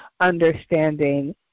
understanding